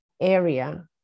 area